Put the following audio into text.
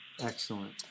Excellent